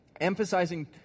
Emphasizing